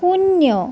শূন্য